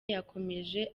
yakomeje